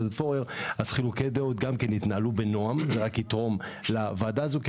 אז הם יתנהלו בנועם וזה יתרום לוועדה הזו.